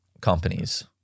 companies